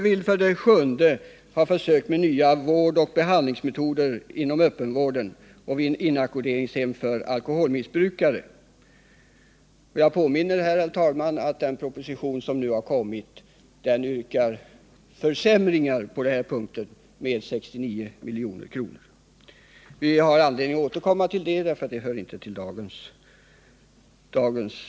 Vi vill ha försök med nya vårdoch behandlingsmetoder inom öppenvård och vid inackorderingshem för alkoholmissbrukare. Jag påminner här, herr talman, om att den proposition som nu föreligger yrkar försämringar på den här punkten med 69 milj.kr. Vi har anledning att återkomma till det, eftersom det inte hör till dagens debatt. 8.